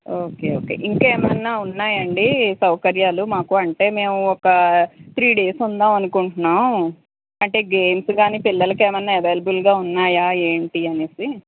okay okay ఇంకా ఏమైనా ఉన్నాయా అండి సౌకర్యాలు మాకు అంటే మేము ఒక త్రీ డేస్ ఉందామనుకుంటున్నాం అంటే గేమ్స్ కానీ పిల్లలకి ఏమైనా అవైలబుల్గా ఉన్నాయా ఏంటి అని